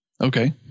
okay